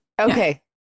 Okay